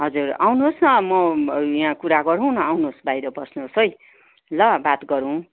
हजुर आउनु होस् न म यहाँ कुरा गरौँ न आउनु होस् बाहिर बस्नु होस् है ल बात गरौँ